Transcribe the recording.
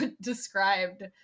described